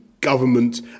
government